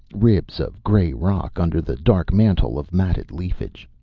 ribs of gray rock under the dark mantle of matted leafage.